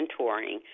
mentoring